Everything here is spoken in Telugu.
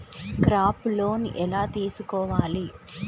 క్రాప్ లోన్ ఎలా తీసుకోవాలి?